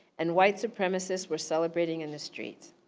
and white supremacists were celebrating in the streets.